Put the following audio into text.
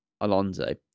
Alonso